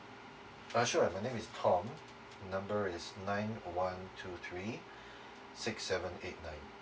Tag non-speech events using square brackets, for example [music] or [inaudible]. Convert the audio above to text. uh sure my name is tong number is nine one two three [breath] six seven eight nine